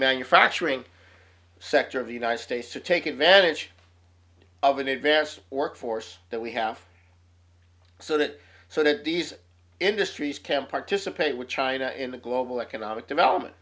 manufacturing sector of the united states to take advantage of an advanced workforce that we have so that so that these industries can participate with china in the global economic development